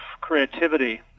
creativity